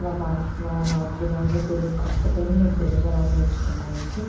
నా బాత్రు నా మాతృభాష తెలుగు కాకపోయినా నేను తెలుగు ఎలా నేర్చుకున్నానంటే